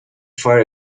fire